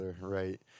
Right